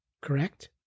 Correct